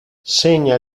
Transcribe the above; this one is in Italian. segna